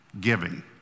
giving